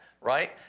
right